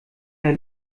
der